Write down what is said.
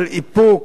על איפוק,